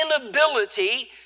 inability